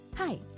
Hi